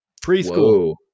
preschool